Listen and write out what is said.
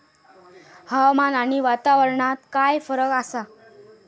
हवामान आणि वातावरणात काय फरक असा?